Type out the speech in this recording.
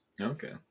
Okay